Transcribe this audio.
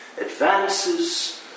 advances